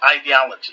ideology